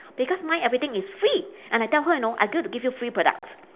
because mine everything is free and I tell her you know I'm going to give you free products